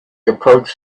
approached